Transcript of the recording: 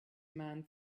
man